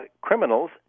criminals